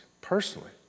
personally